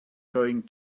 going